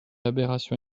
aberration